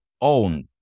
own